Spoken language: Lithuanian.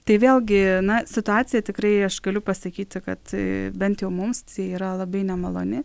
tai vėlgi na situacija tikrai aš galiu pasakyti kad bent jau mums tai yra labai nemaloni